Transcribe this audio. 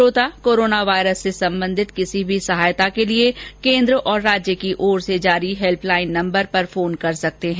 श्रोता corona virus से संबंधित किसी भी सहायता के लिए केन्द्र और राज्य की ओर से जारी हेल्प लाइन नम्बर पर फोन कर सकते हैं